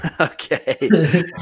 Okay